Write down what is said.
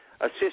assist